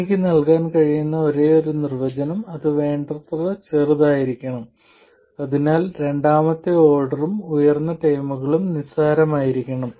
എനിക്ക് നൽകാൻ കഴിയുന്ന ഒരേയൊരു നിർവചനം അത് വേണ്ടത്ര ചെറുതായിരിക്കണം അതിനാൽ രണ്ടാമത്തെ ഓർഡറും ഉയർന്ന ടേമുകളും നിസ്സാരമായിരിക്കണം